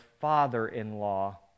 father-in-law